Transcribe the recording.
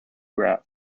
graf